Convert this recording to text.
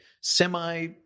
semi